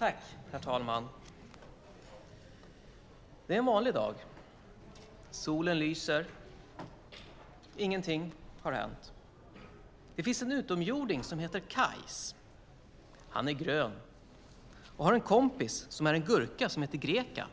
Herr talman! Det är en vanlig dag. Solen lyser. Ingenting har hänt. Det finns en utomjording som heter Kajs. Han är grön och har en kompis som är en gurka som heter Greka.